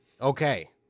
okay